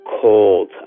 cold